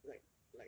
like like